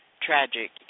tragic